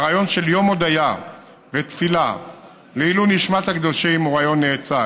הרעיון של יום הודיה ותפילה לעילוי נשמת הקדושים הוא רעיון נאצל.